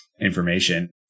information